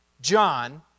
John